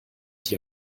die